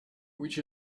which